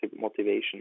motivation